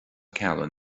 ceallaigh